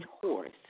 horse